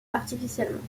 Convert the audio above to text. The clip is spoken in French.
artificiellement